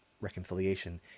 reconciliation